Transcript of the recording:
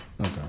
Okay